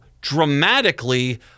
dramatically